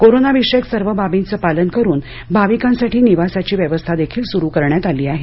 कोरोनाविषयक सर्व बाबींचं पालन करून भाविकांसाठी निवासाची व्यवस्था देखील सुरु करण्यात आली आहे